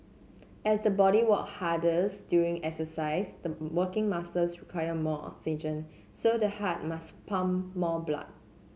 as the body work harder during exercise the working muscles require more oxygen so the heart must pump more blood